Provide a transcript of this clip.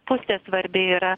pusė svarbi yra